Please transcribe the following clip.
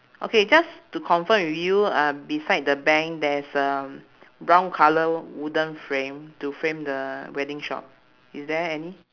okay just to confirm with you uh beside the bank there's a brown colour wooden frame to frame the wedding shop is there any